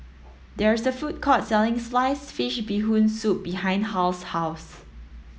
there is a food court selling sliced fish bee hoon soup behind Hal's house